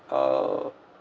err